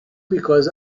because